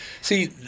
See